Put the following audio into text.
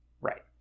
Right